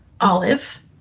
olive